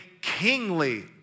kingly